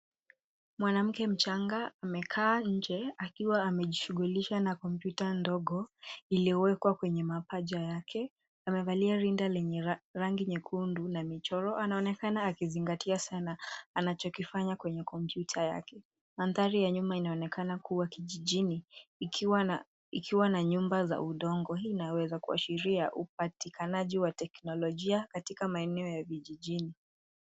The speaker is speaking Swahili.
Mwanamke mchanga amekaa nje akiwa amejishughulisha na kompyuta ndogo iliyowekwa kwenye mapaja yake. Amevalia rinda lenye rangi nyekundu na michoro. Anaonekana akizingatia sana anachokifanya kwenye kompyuta yake. Mandhari ya nyuma inaonekana kuwa kijijini ikiwa na nyumba za udongo. Hii inaweza kuashiria upatikanaji wa teknolojia katika maeneo ya vijijini.